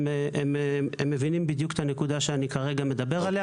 הם מבינים בדיוק את הנקודה שאני מדבר עליה כרגע.